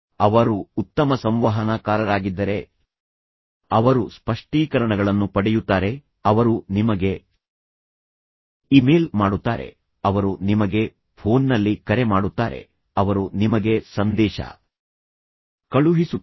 ಅವರು ಉತ್ತಮ ಸಂವಹನಕಾರರಾಗಿದ್ದರೆ ಅವರು ಸ್ಪಷ್ಟೀಕರಣಗಳನ್ನು ಪಡೆಯುತ್ತಾರೆ ಅವರು ನಿಮಗೆ ಇಮೇಲ್ ಮಾಡುತ್ತಾರೆ ಅವರು ನಿಮಗೆ ಫೋನ್ನಲ್ಲಿ ಕರೆ ಮಾಡುತ್ತಾರೆ ಅವರು ನಿಮಗೆ ಸಂದೇಶ ಕಳುಹಿಸುತ್ತಾರೆ